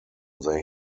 they